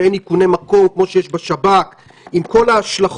ואין איכוני מקום כמו שיש בשב"כ עם כל ההשלכות